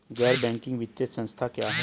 गैर बैंकिंग वित्तीय संस्था क्या है?